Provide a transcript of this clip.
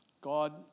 God